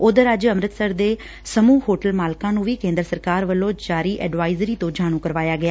ਉਧਰ ੱਜ ਅੰਮ੍ਤਿਸਰ ਦੇ ਸਮੁਹ ਹੋਟਲ ਮਾਲਕਾਂ ਨੂੰ ਵੀ ਕੇਂਦਰ ਸਰਕਾਰ ਵੱਲੋਂ ਜਾਰੀ ਅਡਵਾਇਜਰੀ ਤੋਂ ਜਾਣੂ ਕਰਵਾਇਆ ਗਿਆ